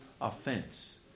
offense